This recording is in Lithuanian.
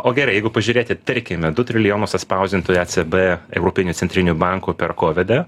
o gerai jeigu pažiūrėti tarkime du trilijonus atspausdinto ecb europinių centrinio banko per kovidą